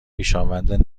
خویشاوند